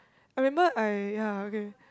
I remember I ya okay